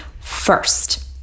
First